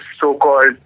so-called